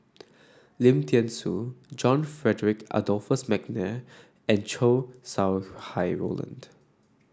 Lim Thean Soo John Frederick Adolphus McNair and Chow Sau Hai Roland